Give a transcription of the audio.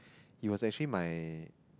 he was actually my